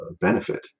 benefit